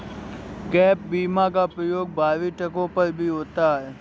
gap बीमा का प्रयोग भरी ट्रकों पर भी होता है